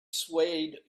swayed